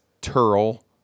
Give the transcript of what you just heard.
Turl